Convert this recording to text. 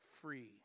free